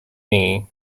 knee